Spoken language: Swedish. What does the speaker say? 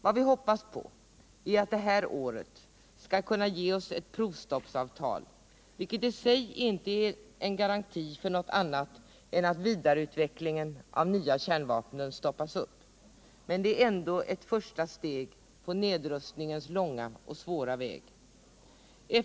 Vad vi hoppas på är att det här året skall kunna ge oss ett provstoppsavtal, vilket i sig inte är en garanti för något annat än att vidareutvecklingen av nya kärnvapen stoppas upp. Men det är ändå ett första steg på nedrustningens långa och svåra väg.